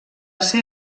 ser